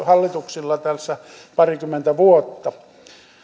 hallituksilla tässä parikymmentä vuotta